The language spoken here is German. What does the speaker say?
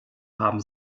haben